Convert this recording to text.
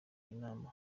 inama